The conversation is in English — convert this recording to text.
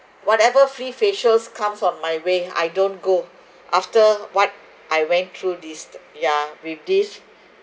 whatever free facials comes on my way I don't go after what I went through this yeah with this